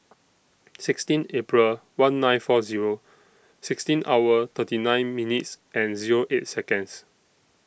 sixteen April one nine four Zero sixteen hour thirty nine minutes and Zero eight Seconds